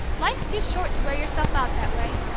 life's too short to wear yourself out that way!